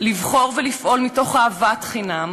לבחור ולפעול מתוך אהבת חינם.